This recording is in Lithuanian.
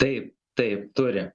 taip taip turi